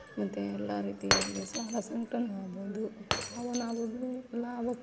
ಮತ್ತು ಎಲ್ಲ ರೀತಿಯಲ್ಲಿ ಸಾಲ ಸಂಕ್ಟನು ಆಗ್ಬೋದು ಆವ ನಾವೊಬ್ಬರು ಲಾಭಕ್ಕೆ